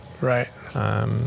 Right